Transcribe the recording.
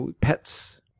pets